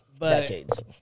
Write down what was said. decades